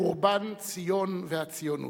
בחורבן ציון והציונות.